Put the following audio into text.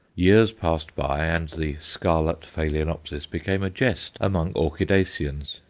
years passed by and the scarlet phaloenopsis became a jest among orchidaceans.